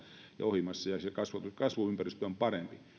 ja se kasvuympäristö on parempi